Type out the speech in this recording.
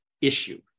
issue